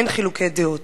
אין חילוקי דעות.